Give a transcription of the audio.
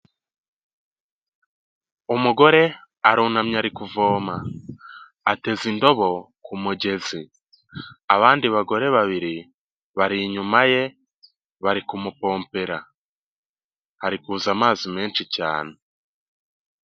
Umugore arunamye ari kuvoma, ateze indobo ku mugezi, abandi bagore babiri bari inyuma ye bari kumupompera, hari kuza amazi menshi cyane.